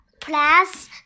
plus